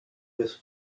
with